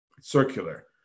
Circular